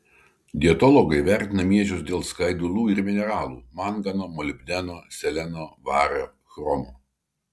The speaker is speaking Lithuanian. dietologai vertina miežius dėl skaidulų ir mineralų mangano molibdeno seleno vario chromo